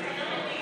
הוא לא אמר אמת.